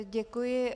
Děkuji.